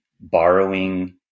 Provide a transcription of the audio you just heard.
borrowing